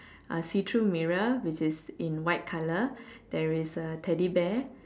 a see through mirror which is in white colour there is a teddy bear